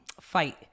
fight